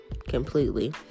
Completely